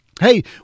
Hey